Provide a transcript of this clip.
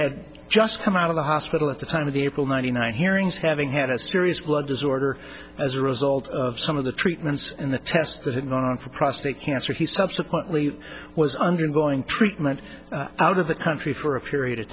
had just come out of the hospital at the time of the april ninety nine hearings having had a serious blood disorder as a result of some of the treatments in the test that had gone on for prostate cancer he subsequently was undergoing treatment out of the country for a period of